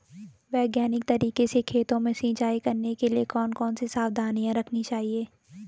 वैज्ञानिक तरीके से खेतों में सिंचाई करने के लिए कौन कौन सी सावधानी रखनी चाहिए?